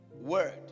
word